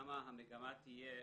ושם המגמה תהיה